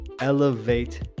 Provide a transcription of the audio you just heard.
elevate